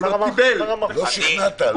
לא שכנעת.